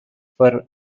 for